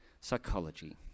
psychology